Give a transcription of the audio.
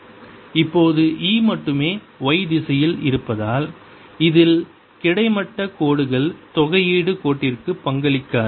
dS இப்போது E மட்டுமே y திசையில் இருப்பதால் இதில் கிடைமட்ட கோடுகள் தொகையீடு கோட்டிற்கு பங்களிக்காது